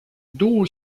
duu